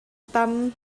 tam